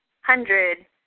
hundred